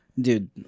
dude